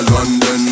London